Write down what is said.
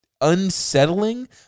unsettling